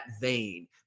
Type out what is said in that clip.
vein